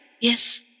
Yes